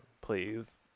please